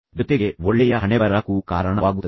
ಜೊತೆಗೆ ಒಳ್ಳೆಯ ಹಣೆಬರಹಕ್ಕೂ ಕಾರಣವಾಗುತ್ತದೆ